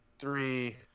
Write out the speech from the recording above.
three